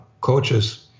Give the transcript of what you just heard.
coaches